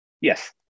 Yes